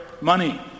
money